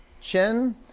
Chin